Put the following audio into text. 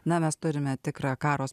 na mes turime tikrą karo